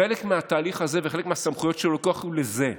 חלק מהתהליך הזה וחלק מהסמכויות שהוא לוקח הם לזה.